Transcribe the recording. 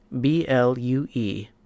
B-L-U-E